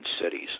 Cities